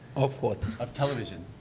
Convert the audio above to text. of what? of television.